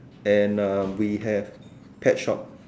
and we have pet shop